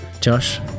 Josh